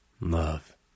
Love